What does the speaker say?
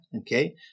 Okay